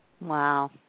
Wow